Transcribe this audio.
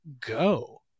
go